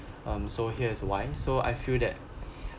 um so here's why so I feel that